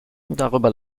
darüber